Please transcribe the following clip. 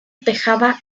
tejada